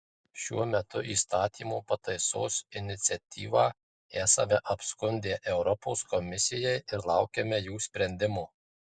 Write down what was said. šiuo metu įstatymo pataisos iniciatyvą esame apskundę europos komisijai ir laukiame jų sprendimo